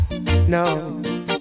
no